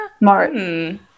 Martin